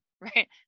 right